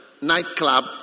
nightclub